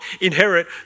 inherit